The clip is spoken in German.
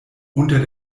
unter